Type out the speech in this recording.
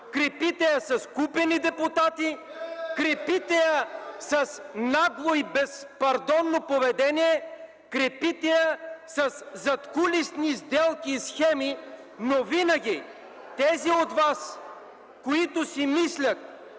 Крепите я с купени депутати, крепите я с нагло и безпардонно поведение, крепите я със задкулисни сделки и схеми. Но винаги за тези от вас, които си мислят,